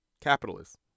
capitalists